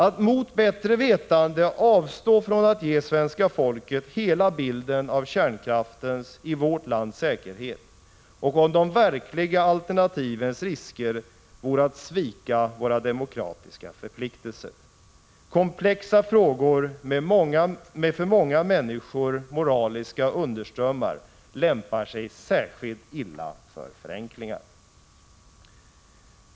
Att mot bättre vetande avstå från att ge svenska folket hela bilden av kärnkraftens i vårt land säkerhet och om de verkliga alternativens risker vore att svika våra demokratiska förpliktelser. Komplexa frågor med för många människor moraliska underströmmar lämpar sig särskilt illa för förenklingar.